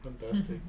Fantastic